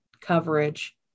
coverage